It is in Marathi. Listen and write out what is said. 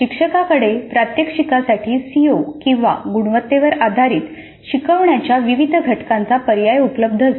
शिक्षकाकडे प्रात्यक्षिकासाठी सिओ किंवा गुणवत्तेवर आधारित शिकवण्याच्या विविध घटकांचा पर्याय उपलब्ध असतो